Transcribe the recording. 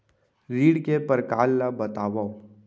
ऋण के परकार ल बतावव?